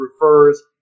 refers